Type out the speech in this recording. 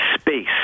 space